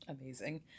Amazing